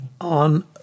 on